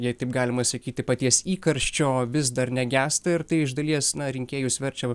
jei taip galima sakyti paties įkarščio vis dar negęsta ir tai iš dalies na rinkėjus verčia